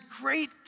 great